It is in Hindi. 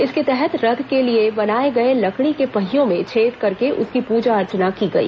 इसके तहत रथ के लिए बनाए गए लकड़ी के पहियों में छेद करके उसकी पूजा अर्चना की गई